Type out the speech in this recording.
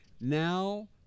Now